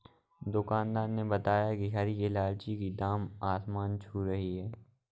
दुकानदार ने बताया कि हरी इलायची की दाम आसमान छू रही है